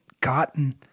gotten